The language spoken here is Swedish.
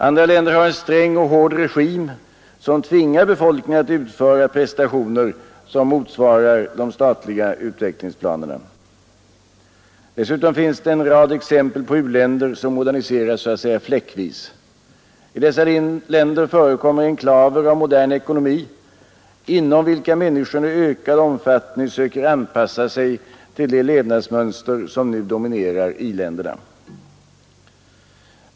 Andra länder har en sträng och hård regim som tvingar befolkningen att utföra prestationer som motsvarar de statliga utvecklingsplanerna. Dessutom finns det en lång rad exempel på u-länder som moderniseras så att säga fläckvis. I dessa länder förekommer enklaver av modern ekonomi inom vilka människorna i ökad omfattning söker anpassa sig till det levnadsmönster som nu dominerar i-länderna.